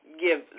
give